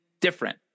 different